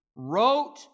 wrote